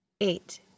Eight